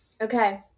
Okay